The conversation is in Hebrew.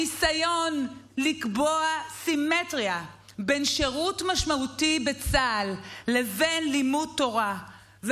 הניסיון לקבוע סימטריה בין שירות משמעותי בצה"ל לבין לימוד תורה,